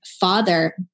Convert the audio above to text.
father